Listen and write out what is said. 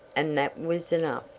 and that was enough